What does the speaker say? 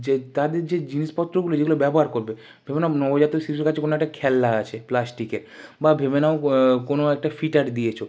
যে তাদের যে জিনিসপত্রগুলো যেগুলো ব্যবহার করবে ভেবে নাও নবজাতক শিশুর কাছে কোনো একটা খেলনা আছে প্লাস্টিকের বা ভেবে নাও কোনো একটা ফিডার দিয়েছ